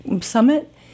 Summit